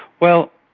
well,